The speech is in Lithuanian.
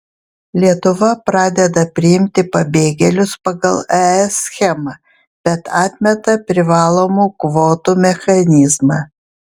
lietuva pradeda priimti pabėgėlius pagal es schemą bet atmeta privalomų kvotų mechanizmą